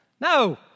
No